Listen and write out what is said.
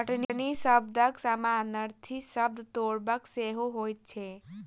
कटनी शब्दक समानार्थी शब्द तोड़ब सेहो होइत छै